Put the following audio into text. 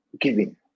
giving